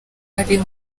ari